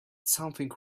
something